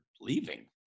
leaving